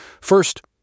First